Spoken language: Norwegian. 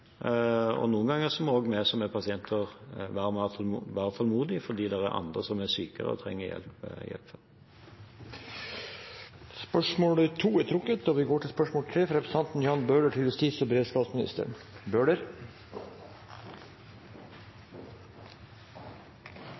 og noen ganger må vi som er pasienter, være tålmodige fordi det er andre som er sykere og trenger hjelp før. Dette spørsmålet er trukket tilbake. Jeg tillater meg å stille følgende spørsmål til justis- og beredskapsministeren: